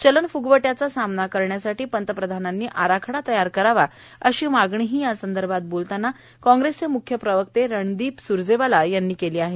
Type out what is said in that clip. चलनफुगवट्याचा सामना करण्यासाठी पंतप्रधानांनी आराखडा तयार करावा अशी मागणीही या संदर्भात बोलताना काँग्रेसचे मुख्यप्रवक्ते रमणदीप स्रजेवाला यांनी केली आहे